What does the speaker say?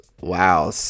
wow